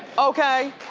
okay?